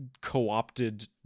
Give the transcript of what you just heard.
co-opted